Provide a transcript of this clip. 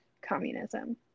communism